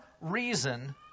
reason